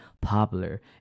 popular